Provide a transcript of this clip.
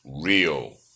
real